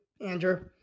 Andrew